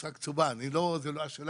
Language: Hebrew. השרים